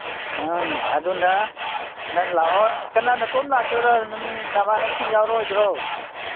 ꯑꯥ ꯑꯗꯨꯅ ꯅꯪ ꯂꯥꯛꯑꯣ ꯀꯅꯥ ꯅꯇꯣꯝ ꯂꯥꯛꯇꯣꯏꯔꯣ ꯃꯤ ꯅꯃꯥꯟꯅꯕꯁꯤꯡ ꯌꯥꯎꯔꯛꯑꯣꯏꯗ꯭ꯔꯣ